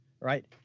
right